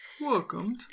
Welcome